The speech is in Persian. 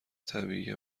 طبیعی